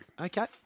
Okay